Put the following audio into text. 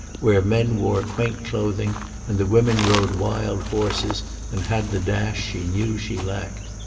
where men wore quaint clothing and the women rode wild horses and had the dash she knew she lacked.